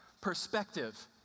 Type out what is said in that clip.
perspective